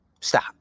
Stop